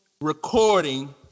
recording